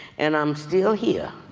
and i'm still here.